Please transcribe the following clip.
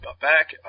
back